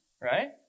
right